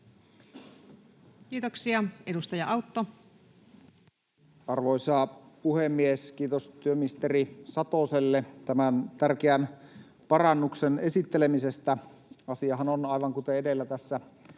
Time: 14:10 Content: Arvoisa puhemies! Kiitos työministeri Satoselle tämän tärkeän parannuksen esittelemisestä. Asiahan on aivan kuten edellä tässä